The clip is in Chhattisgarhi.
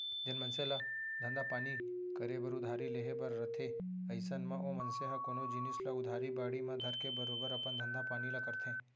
जेन मनसे ल धंधा पानी करे बर उधारी लेहे बर रथे अइसन म ओ मनसे ह कोनो जिनिस ल उधार बाड़ी म धरके बरोबर अपन धंधा पानी ल करथे